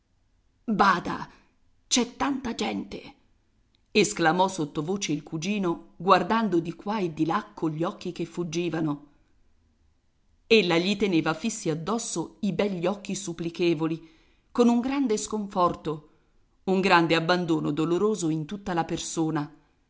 bada c'è tanta gente esclamò sottovoce il cugino guardando di qua e di là cogli occhi che fuggivano ella gli teneva fissi addosso i begli occhi supplichevoli con un grande sconforto un grande abbandono doloroso in tutta la persona